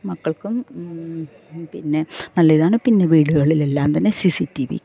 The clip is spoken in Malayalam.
മക്കൾക്കും പിന്നെ നല്ലയിതാണ് പിന്നെ വീടുകളിൽ എല്ലാം തന്നെ സി സി ടി വി